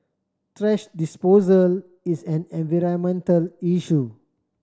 thrash disposal is an environmental issue